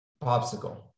Popsicle